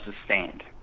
sustained